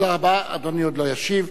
תודה רבה, אדוני עוד לא ישיב.